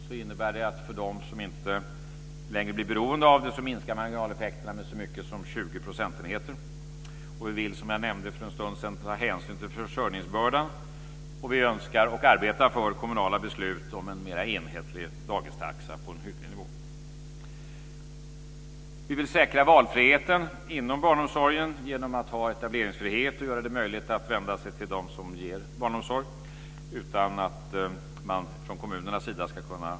Det innebär att för dem som inte längre blir beroende av det minskar marginaleffekterna med så mycket som Vi vill, som jag nämnde för en stund sedan, ta hänsyn till försörjningsbördan.